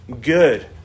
good